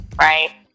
right